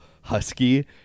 husky